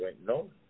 No